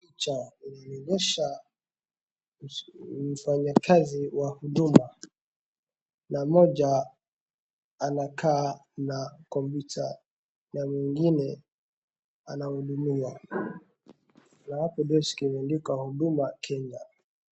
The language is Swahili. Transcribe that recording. Picha inaonyesha mfanyikazi wa huduma na mmoja anakaa na kompyuta na mwingine anahudumiwa, na hapo desk imeandikwa huduma Kenya.